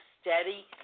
steady